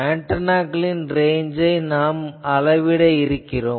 ஆன்டெனாக்களின் ரேஞ்சை நாம் அளவிட இருக்கிறோம்